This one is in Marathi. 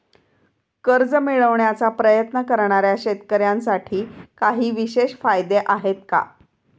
कर्ज मिळवण्याचा प्रयत्न करणाऱ्या शेतकऱ्यांसाठी काही विशेष फायदे आहेत का?